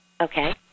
Okay